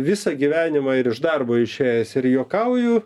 visą gyvenimą ir iš darbo išėjęs ir juokauju